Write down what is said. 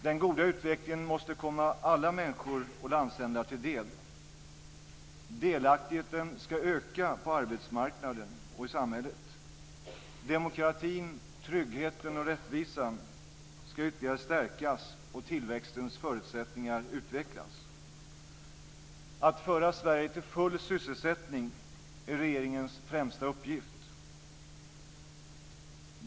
Den goda utvecklingen måste komma alla människor och landsändar till del. Delaktigheten ska öka på arbetsmarknaden och i samhället. Demokratin, tryggheten och rättvisan ska ytterligare stärkas och tillväxtens förutsättningar utvecklas. Att föra Sverige till full sysselsättning är regeringens främsta uppgift.